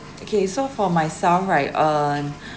okay so for myself right uh